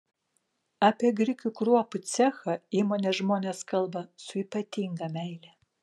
apie grikių kruopų cechą įmonės žmonės kalba su ypatinga meile